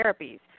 therapies